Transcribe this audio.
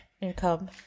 income